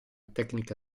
tecnica